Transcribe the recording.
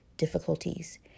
difficulties